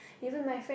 even my friend